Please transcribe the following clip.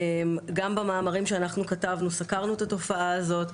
גם במאמרים שאנחנו כתבנו, סקרנו את התופעה הזאת.